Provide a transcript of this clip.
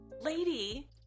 lady